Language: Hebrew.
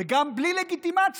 וגם בלי לגיטימציה,